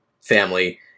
family